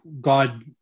God